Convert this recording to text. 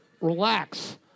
relax